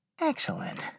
Excellent